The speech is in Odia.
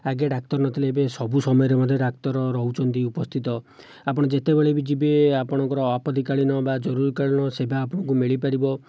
ଆଗେ ଡାକ୍ତର ନଥିଲେ ଏବେ ସବୁ ସମୟରେ ମଧ୍ୟ ଡାକ୍ତର ରହୁଛନ୍ତି ଉପସ୍ଥିତ ଆପଣ ଯେତେବେଳେ ବି ଯିବେ ଆପଣଙ୍କର ଆପତ୍ତିକାଳୀନ ବା ଜରୁରୀକାଳୀନ ସେବା ଆପଣଙ୍କୁ ମିଳିପାରିବ